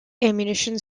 ammunition